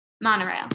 monorail